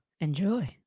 enjoy